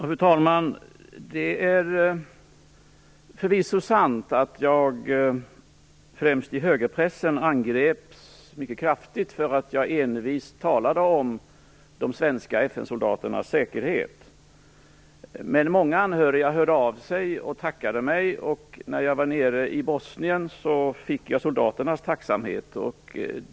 Fru talman! Det är förvisso sant att jag, främst i högerpressen, angreps mycket kraftigt för att jag envist talade om de svenska FN-soldaternas säkerhet. Men många anhöriga hörde av sig och tackade mig, och när jag var nere i Bosnien fick jag soldaternas tacksamhet.